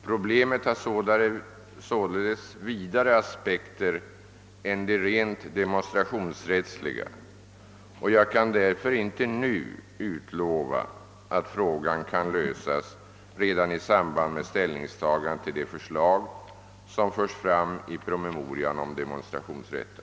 Problemet har således vidare aspekter än de rent demonstrationsrättsliga, och jag kan därför inte nu utlova att frågan kan lösas i samband med ställningstagande till de förslag som förs fram i promemorian om demonstrationsrätten.